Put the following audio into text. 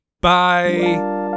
Bye